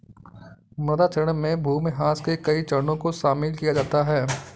मृदा क्षरण में भूमिह्रास के कई चरणों को शामिल किया जाता है